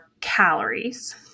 calories